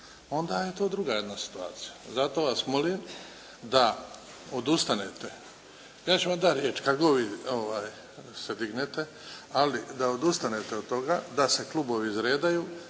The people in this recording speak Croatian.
onda je to druga jedna situacija. Zato vas molim da odustanete. Ja ću vam dati riječ kad god vi se dignete, ali da odustanete od toga, da se klubovi izredaju,